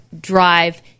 drive